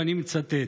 ואני מצטט: